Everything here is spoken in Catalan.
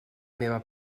meva